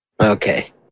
Okay